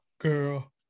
girl